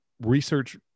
research